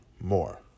more